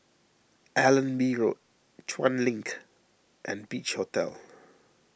Allenby Road Chuan Link and Beach Hotel